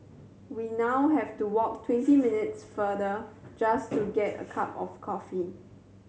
we now have to walk twenty minutes farther just to get a cup of coffee